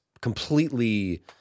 completely